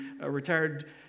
retired